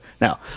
Now